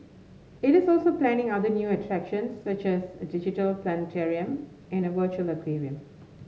it is also planning other new attractions such as a digital planetarium and a virtual aquarium